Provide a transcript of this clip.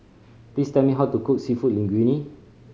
please tell me how to cook Seafood Linguine